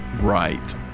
Right